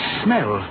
smell